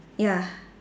ya